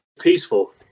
peaceful